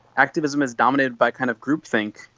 activism is dominated by kind of groupthink,